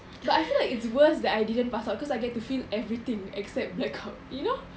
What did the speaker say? I feel like it's worse that I didn't pass out because I get to feel everything except black out you know